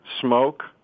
smoke